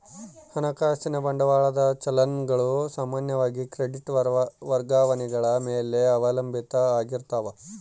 ಹಣಕಾಸಿನ ಬಂಡವಾಳದ ಚಲನ್ ಗಳು ಸಾಮಾನ್ಯವಾಗಿ ಕ್ರೆಡಿಟ್ ವರ್ಗಾವಣೆಗಳ ಮೇಲೆ ಅವಲಂಬಿತ ಆಗಿರ್ತಾವ